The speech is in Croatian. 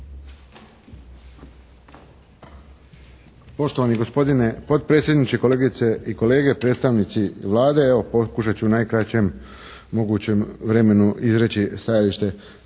Poštovani gospodine potpredsjedniče, kolegice i kolege, predstavnici Vlade. Evo pokušat ću u najkraćem mogućem vremenu izreći stajalište